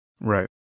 Right